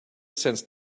since